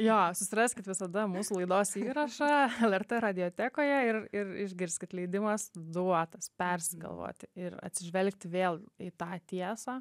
jo susiraskit visada mūsų laidos įrašą lrt radiotekoje ir ir išgirs kad leidimas duotas persigalvoti ir atsižvelgti vėl į tą tiesą